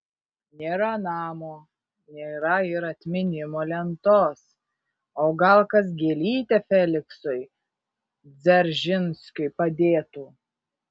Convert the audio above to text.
nėra namo nėra ir atminimo lentos o gal kas gėlytę feliksui dzeržinskiui padėtų